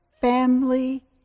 family